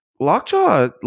Lockjaw